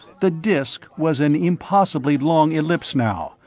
the disk was an impossibly long ellipse now,